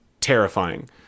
terrifying